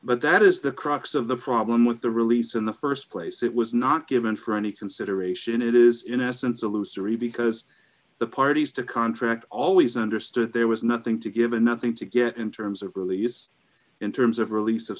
but that is the crux of the problem with the release in the st place it was not given for any consideration it is in essence a looser e because the parties to contract always understood there was nothing to give and nothing to get in terms of release in terms of release of